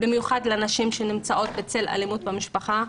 במיוחד לנשים שנמצאות באלימות במשפחה,